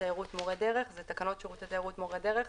תיירות (מורי דרך)" תקנות שירותי תיירות (מורי דרך),